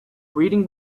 reading